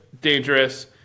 dangerous